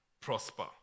prosper